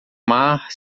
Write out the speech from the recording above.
mar